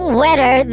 wetter